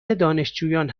دانشجویان